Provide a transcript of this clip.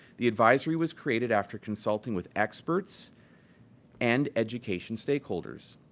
the advisory was created after consulting with experts and education stakeholders.